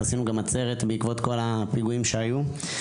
עשינו גם עצרת בעקבות כל הפיגועים שהיו.